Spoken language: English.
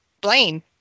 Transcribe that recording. Blaine